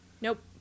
Nope